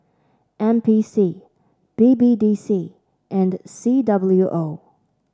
N P C B B D C and C W O